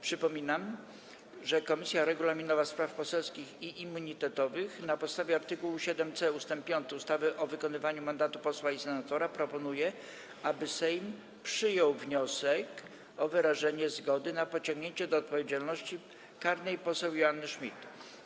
Przypominam, że Komisja Regulaminowa, Spraw Poselskich i Immunitetowych na podstawie art. 7c ust. 5 ustawy o wykonywaniu mandatu posła i senatora proponuje, aby Sejm przyjął wniosek o wyrażenie zgody na pociągnięcie do odpowiedzialności karnej poseł Joanny Schmidt.